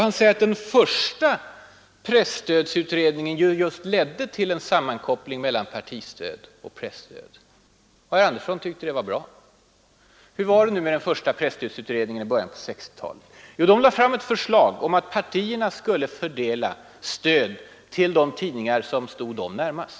Han säger att den första presstödsutredningen just ledde till en sammankoppling mellan partistöd och presstöd. Herr Sten Andersson tyckte det var bra. Hur var det nu med den första presstödsutredningen i början på 1960-talet? Jo, den lade fram ett förslag om att partierna skulle fördela stödet till de tidningar som stod dem närmast.